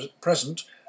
present